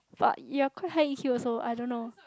but you're quite high E_Q also [what] I don't know